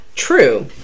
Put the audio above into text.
true